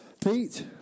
Pete